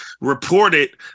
reported